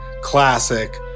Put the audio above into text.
classic